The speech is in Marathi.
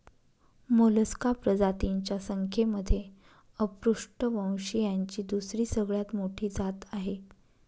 मोलस्का प्रजातींच्या संख्येमध्ये अपृष्ठवंशीयांची दुसरी सगळ्यात मोठी जात आहे